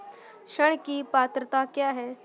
ऋण की पात्रता क्या है?